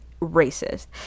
racist